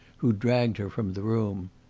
who dragged her from the room.